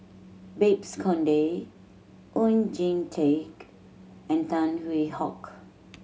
Babes Conde Oon Jin Teik and Tan Hwee Hock